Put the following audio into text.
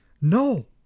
No